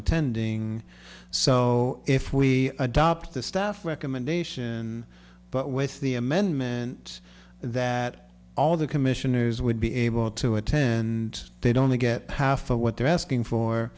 attending so if we adopt the stuff recommendation but with the amendment that all the commissioners would be able to attend they don't get power for what they're asking for